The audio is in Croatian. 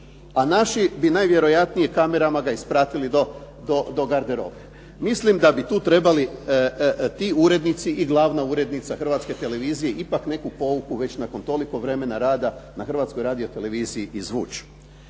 a naši bi najvjerojatnije kamerama ga ispratili do garderobe. Mislim da bi tu trebali ti urednici i glavna urednica Hrvatske televizije ipak neku pouku već nakon toliko vremena rada na Hrvatskoj radioteleviziji izvući.